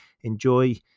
Enjoy